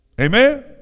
Amen